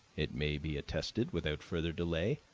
it may be attested without further delay,